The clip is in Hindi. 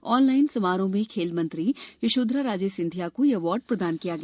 ऑनलाइन समारोह में खेल मंत्री यशोधरा राजे सिंधिया को यह अवॉर्ड प्रदान किया गया